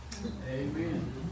amen